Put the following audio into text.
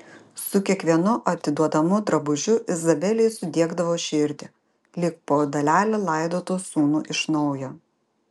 su kiekvienu atiduodamu drabužiu izabelei sudiegdavo širdį lyg po dalelę laidotų sūnų iš naujo